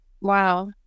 Wow